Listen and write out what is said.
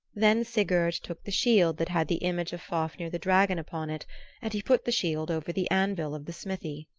then sigurd took the shield that had the image of fafnir the dragon upon it and he put the shield over the anvil of the smithy.